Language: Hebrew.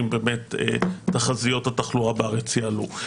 אם באמת תחזיות התחלואה בארץ יעלו.